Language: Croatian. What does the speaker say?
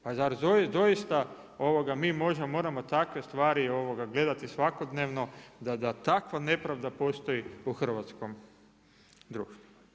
Pa zar doista mi moramo takve stvari gledati svakodnevno da takva nepravda postoji u hrvatskom društvu?